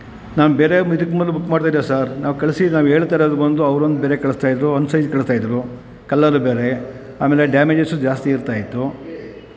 ನಾನು ಬೇರೆ ಇದಕ್ಕೆ ಮೊದಲು ಬುಕ್ ಮಾಡ್ತಾ ಇದ್ದೆ ಸಾರ್ ನಾವು ಕಳಿಸಿ ನಾವು ಹೇಳ್ತಾ ಇರೋದು ಒಂದು ಅವ್ರೊಂದು ಬೇರೆ ಕಳಿಸ್ತಾ ಇದ್ದರು ಅನ್ಸೈಜ್ ಕಳಿಸ್ತಾ ಇದ್ದರು ಕಲರ್ ಬೇರೆ ಆಮೇಲೆ ಡ್ಯಾಮೇಜಸ್ಸು ಜಾಸ್ತಿ ಇರ್ತಾ ಇತ್ತು